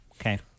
Okay